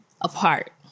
Apart